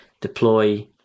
deploy